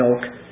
milk